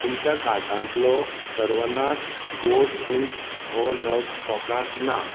तुमच्या कार्टांतलो सर्वनास गोड चींच हो नग स्टॉकांत ना